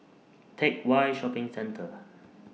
Teck Whye Shopping Centre